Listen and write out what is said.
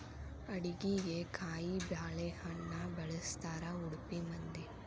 ಅಡಿಗಿಗೆ ಕಾಯಿಬಾಳೇಹಣ್ಣ ಬಳ್ಸತಾರಾ ಉಡುಪಿ ಮಂದಿ